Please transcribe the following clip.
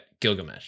gilgamesh